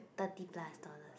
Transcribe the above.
thirty plus dollars